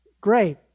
Great